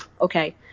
okay